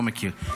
לא מכיר.